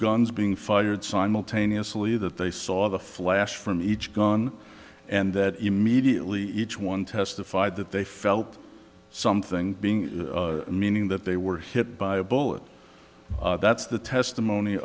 guns being fired simultaneously that they saw the flash from each gun and that immediately each one testified that they felt something being meaning that they were hit by a bullet that's the testimony